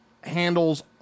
handles